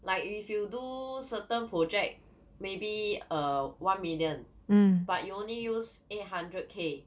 like if you do certain project maybe a one million but you only use eight hundred k